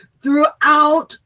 throughout